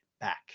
back